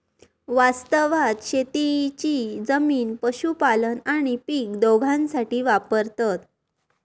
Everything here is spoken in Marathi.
वास्तवात शेतीची जमीन पशुपालन आणि पीक दोघांसाठी वापरतत